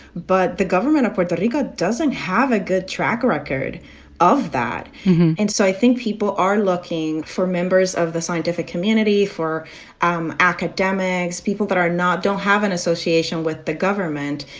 but the government of puerto rico doesn't have a good track record of that and so i think people are looking for members of the scientific community, for um academics, people that are not don't have an association with the government.